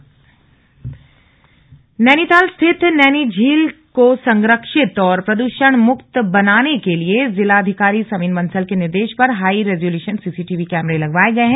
CCTV कैमरे नैनीताल स्थित नैनीझील को संरक्षित और प्रद्षणमुक्त बनाने के लिए जिलाधिकारी सविन बंसल के निर्देश पर हाई रेजोल्यूशन सीसीटीवी कैमरे लगवाये गए हैं